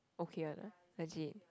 okay one ah legit